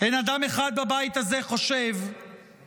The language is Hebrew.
אין אדם אחד בבית הזה חושב שמורה